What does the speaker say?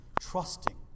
trusting